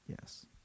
Yes